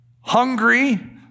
hungry